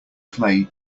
clay